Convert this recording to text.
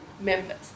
members